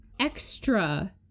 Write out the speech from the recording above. Extra